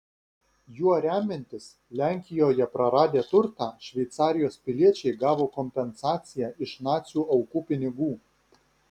juo remiantis lenkijoje praradę turtą šveicarijos piliečiai gavo kompensaciją iš nacių aukų pinigų